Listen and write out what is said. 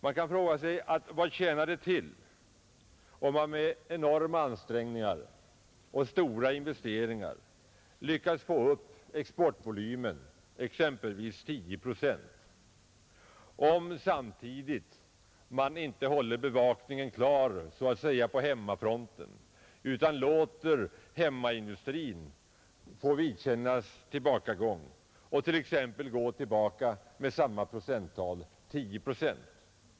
Man kan fråga sig: Vad tjänar det till om man med enorma ansträngningar och stora investeringar lyckas få upp exportvolymen exempelvis 10 procent, om man samtidigt låter hemmaindustrin få vidkännas en tillbakagång med samma procenttal, 10 procent?